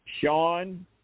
Sean